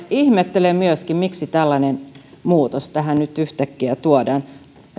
ihmettelen miksi tällainen muutos tähän nyt yhtäkkiä tuodaan